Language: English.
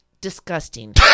Disgusting